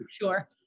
Sure